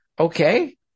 okay